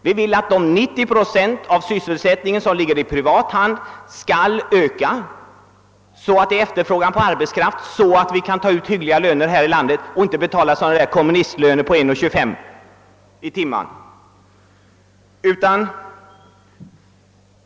Vi vill att de 90 procent av sysselsättningen som ligger i privat hand skall öka, så att det blir efterfrågan på arbetskraft och så att vi kan ta ut hyggliga löner här i landet och inte behöva betala några kommunistlöner på 1 krona 25 öre i timmen.